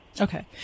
Okay